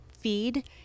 feed